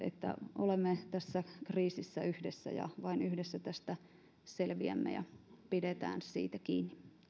olemme tässä kriisissä yhdessä ja vain yhdessä tästä selviämme pidetään siitä kiinni